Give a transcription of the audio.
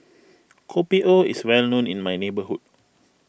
Kopi O is well known in my hometown